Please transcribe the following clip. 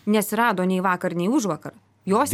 neatsirado nei vakar nei užvakar jos